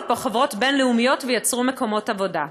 לפה חברות בין-לאומיות וייצרו מקומות עבודה.